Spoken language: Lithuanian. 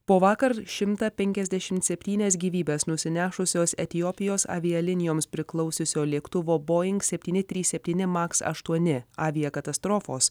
po vakar šimtą penkiasdešimt septynias gyvybes nusinešusios etiopijos avialinijoms priklausiusio lėktuvo boing septyni trys septyni maks aštuoni aviakatastrofos